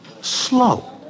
slow